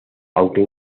aunque